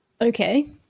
okay